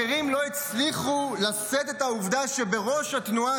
אחרים לא הצליחו לשאת את העובדה שבראש התנועה